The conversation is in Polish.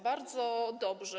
Bardzo dobrze.